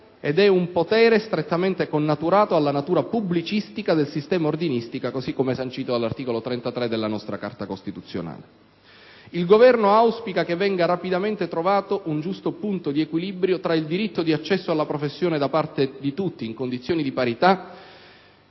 ed è un potere strettamente connaturato alla natura pubblicistica del sistema ordinistico, così come sancito dall'articolo 33 della nostra Carta costituzionale. Il Governo auspica che venga rapidamente trovato un giusto punto di equilibrio tra il diritto di accesso alla professione da parte di tutti in condizioni di parità,